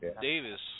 Davis